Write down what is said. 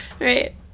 Right